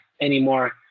anymore